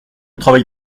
travail